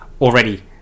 Already